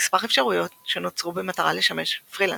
מספר אפשרויות שנוצרו במטרה לשמש פרילנסרים.